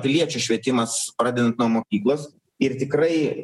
piliečių švietimas pradedant nuo mokyklos ir tikrai